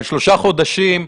על שלושה חודשים.